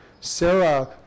Sarah